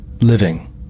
living